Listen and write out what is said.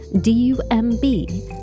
D-U-M-B